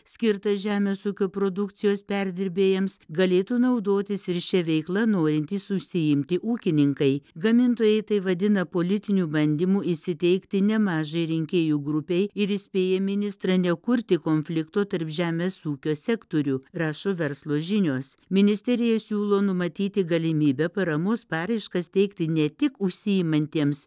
skirtą žemės ūkio produkcijos perdirbėjams galėtų naudotis ir šia veikla norintys užsiimti ūkininkai gamintojai tai vadina politiniu bandymu įsiteikti nemažai rinkėjų grupei ir įspėja ministrą nekurti konflikto tarp žemės ūkio sektorių rašo verslo žinios ministerija siūlo numatyti galimybę paramos paraiškas teikti ne tik užsiimantiems